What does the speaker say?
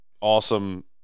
awesome